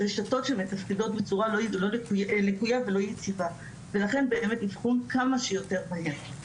רשתות שמתפקדות בצורה לקויה ולא יציבה ולכן באמת אבחון כמה שיותר מהר.